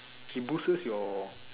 it boosts your